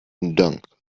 dunk